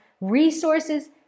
resources